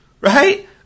right